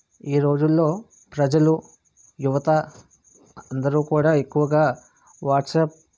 ఈ రోజుల్లో ప్రజలు యువత అందరూ కూడా ఎక్కువగా వాట్సాప్